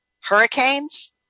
hurricanes